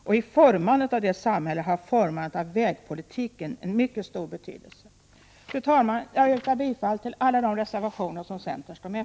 Och vid formandet av det samhället har vägtrafiken en mycket stor betydelse. Fru talman! Jag yrkar bifall till alla reservationer där centern finns med.